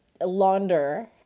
launder